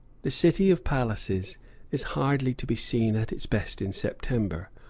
the city of palaces is hardly to be seen at its best in september,